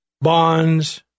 bonds